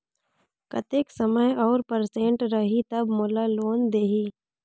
कतेक समय और परसेंट रही तब मोला लोन देही?